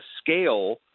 scale